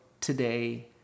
today